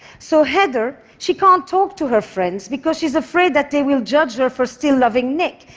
so heather, she can't talk to her friends because she's afraid that they will judge her for still loving nick,